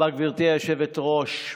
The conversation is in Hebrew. היושבת-ראש.